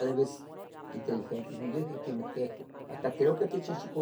alivis inteligentes noyiuqui quemeh tehuan hasta creo que techyehyeco